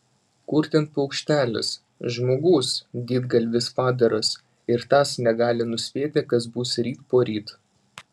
kur ten paukštelis žmogus didgalvis padaras ir tas negali nuspėti kas bus ryt poryt